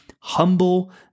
humble